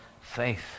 faith